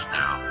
now